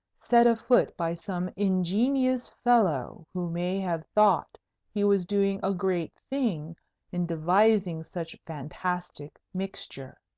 set afoot by some ingenious fellow who may have thought he was doing a great thing in devising such fantastic mixture.